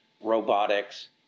robotics